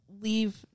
leave